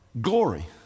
glory